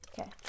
Okay